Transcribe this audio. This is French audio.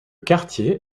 quartier